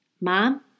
mom